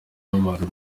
b’abantu